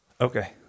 Okay